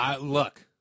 Look